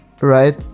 right